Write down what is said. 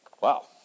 Wow